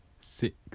Six